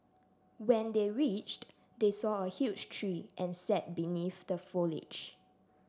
when they reached they saw a huge tree and sat beneath the foliage